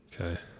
Okay